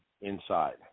inside